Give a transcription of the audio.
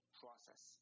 process